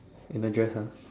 in a dress ah